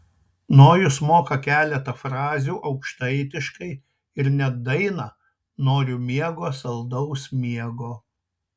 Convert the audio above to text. nojus moka keletą frazių aukštaitiškai ir net dainą noriu miego saldaus miego